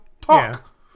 talk